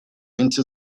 into